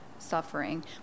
suffering